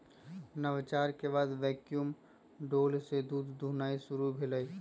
नवाचार के बाद वैक्यूम डोल से दूध दुहनाई शुरु भेलइ